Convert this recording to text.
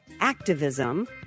activism